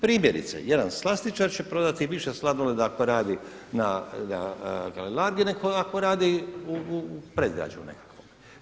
Primjerice jedan slastičar će prodati više sladoleda ako radi na Kalelargi, nego ako radi u predgrađu nekakvome.